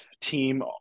team